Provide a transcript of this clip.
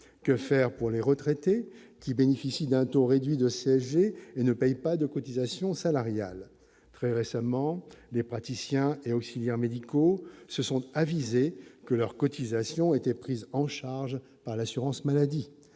que faire pour les retraités qui bénéficient d'un taux réduit de CSG et ne paye pas de cotisations salariales très récemment, les praticiens et auxiliaires médicaux se sont avisés que leurs cotisations étaient prises en charge par l'assurance maladie